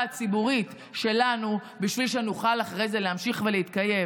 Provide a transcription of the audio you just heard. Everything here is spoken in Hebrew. הציבורית שלנו בשביל שנוכל אחרי זה להמשיך ולהתקיים.